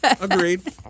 Agreed